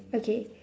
okay